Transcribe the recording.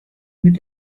mit